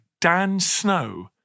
DANSNOW